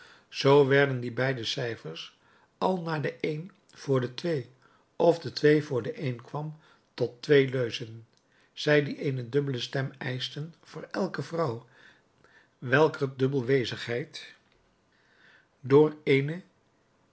zoo werden die beide cijfers al naar de een voor de twee of de twee voor de een kwam tot twee leuzen zij die eene dubbele stem eischten voor elke vrouw welker dubbelwezigheid door eene